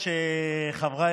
עם מגפה שפוגעת בנו,